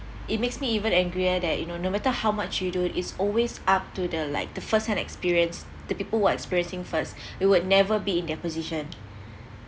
it makes me even angrier that you know no matter how much you do it's always up to the like the first hand experience the people who are experiencing first we would never be in their position